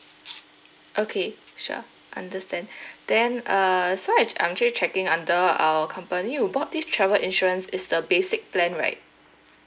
okay sure understand then uh so right I'm actually checking under our company you bought this travel insurance is the basic plan right